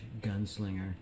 Gunslinger